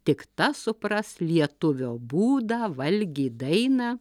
tik tas supras lietuvio būdą valgį dainą